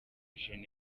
gen